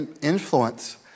influence